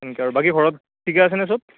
তেনকৈ আৰু বাকী ঘৰত ঠিকে আছেনে চব